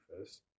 first